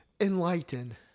enlighten